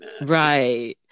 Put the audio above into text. Right